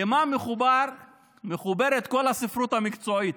למה מחוברת כל הספרות המקצועית